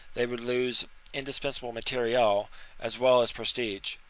they would lose indispensable materiel as well as prestige.